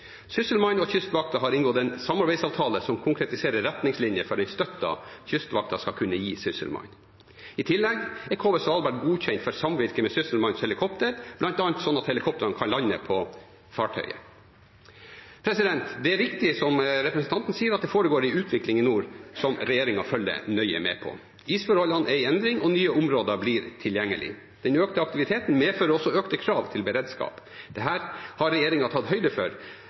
og Kystvakten har inngått en samarbeidsavtale som konkretiserer retningslinjene for den støtten Kystvakten skal kunne gi Sysselmannen. I tillegg er KV «Svalbard» godkjent for samvirke med Sysselmannens helikoptre, bl.a. slik at helikoptrene kan lande på fartøyet. Det er riktig, som representanten sier, at det foregår en utvikling i nord, som regjeringen følger nøye med på. Isforholdene er i endring, og nye områder blir tilgjengelige. Den økte aktiviteten medfører også økte krav til beredskap. Dette har regjeringen tatt høyde for.